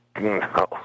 No